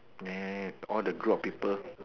nah all the group of people